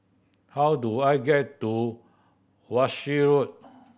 how do I get to Walshe Road